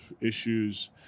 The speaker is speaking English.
issues